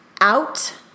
out